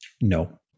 No